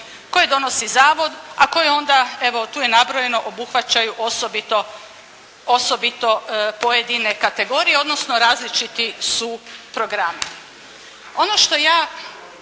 koje donosi zavod a koje onda evo tu je nabrojeno obuhvaćaju osobito pojedine kategorije, odnosno različiti su programi.